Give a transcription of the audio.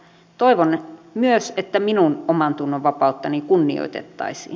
toivon myös että minun omantunnonvapauttani kunnioitettaisiin